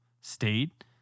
state